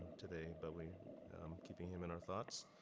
today. but we keeping him in our thoughts.